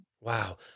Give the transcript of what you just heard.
Wow